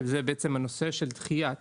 שזה בעצם הנושא של דחיית